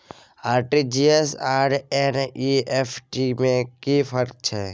RTG S आर NEFT में कि फर्क छै?